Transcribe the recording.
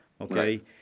okay